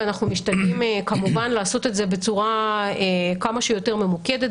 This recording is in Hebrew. ואנחנו משתדלים כמובן לעשות את זה בצורה כמה שיותר ממוקדת,